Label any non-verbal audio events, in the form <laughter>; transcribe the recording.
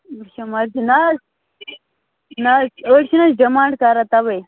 <unintelligible> نہ حظ نہ حظ أڑی چھِ نہٕ حظ ڈِمانڈ کران تَوَے